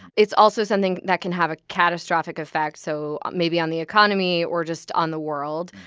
it's also something that can have a catastrophic effect so maybe on the economy or just on the world.